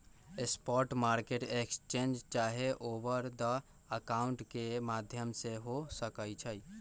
spot market exchange चाहे over the counter के माध्यम से हो सकइ छइ